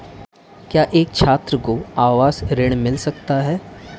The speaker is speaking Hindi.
क्या एक छात्र को आवास ऋण मिल सकता है?